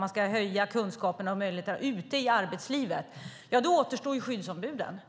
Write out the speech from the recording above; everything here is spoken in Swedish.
Man ska höja kunskapen ute i arbetslivet. Då återstår skyddsombuden.